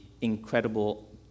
incredible